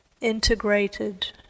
integrated